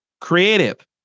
creative